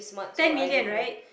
ten million right